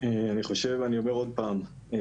אני אומר עוד פעם,